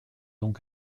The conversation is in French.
donc